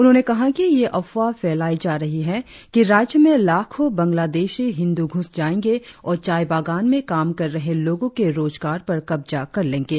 उन्होंने कहा कि यह अफ्वाह फैलाई जा रही है कि राज्य में लाखों बंग्लादेशी हिंदू घुस जाएंगे और चाय बागान में काम कर रहे लोगों के रोजगार पर कब्जा कर लेंगे